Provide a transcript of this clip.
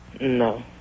No